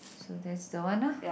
so that's the one lah